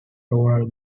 rural